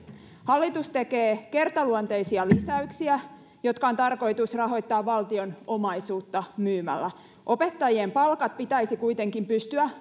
hallitus tekee kertaluonteisia lisäyksiä jotka on tarkoitus rahoittaa valtion omaisuutta myymällä opettajien palkat pitäisi kuitenkin pystyä